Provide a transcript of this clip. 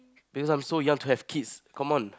because I'm so young to have kids come on